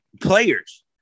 players